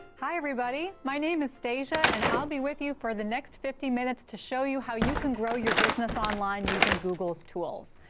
hi everybody. my name is stasia. and i'll be with you for the next fifty minutes to show you how you can grow your business online using google's tools.